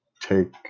take